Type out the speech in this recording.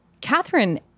Catherine